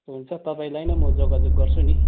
हुन्छ तपाईँलाई नै म जोगाजोग गर्छु नि